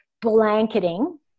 blanketing